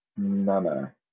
Nana